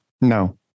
No